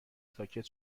ساکت